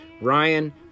Ryan